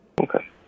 Okay